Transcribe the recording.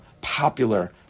popular